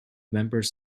members